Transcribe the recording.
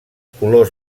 colors